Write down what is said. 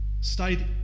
stayed